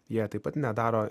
jie taip pat nedaro